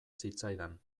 zitzaidan